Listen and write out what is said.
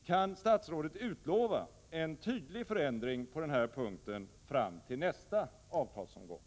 Kan statsrådet utlova en tydlig förändring på den här punkten fram till nästa avtalsomgång?